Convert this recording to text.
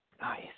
Nice